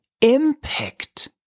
impact